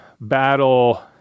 battle